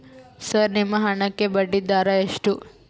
Sir ನಿಮ್ಮ ಹಣಕ್ಕೆ ಬಡ್ಡಿದರ ಎಷ್ಟು?